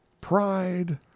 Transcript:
pride